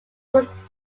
was